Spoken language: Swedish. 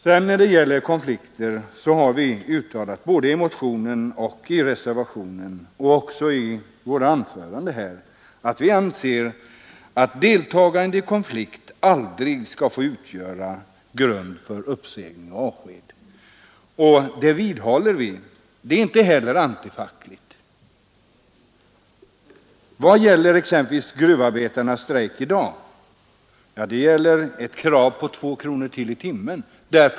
Vad beträffar konflikter har vi uttalat, både i motionen och i reservationen och även i våra anföranden här, att vi anser att deltagande i konflikt aldrig skall få utgöra grund för uppsägning och avskedande. Detta vidhåller vi. Det är inte heller antifackligt. Vad gäller exempelvis gruvarbetarnas strejk i dag? Den gäller ett krav på 2 kronor mer i timmen.